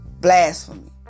Blasphemy